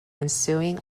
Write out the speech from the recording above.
ensuing